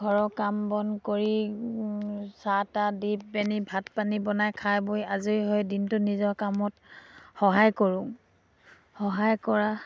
ঘৰৰ কাম বন কৰি চাহ তাহ দি পেনি ভাত পানী বনাই খাই বৈ আজৰি হয় দিনটো নিজৰ কামত সহায় কৰোঁ সহায় কৰা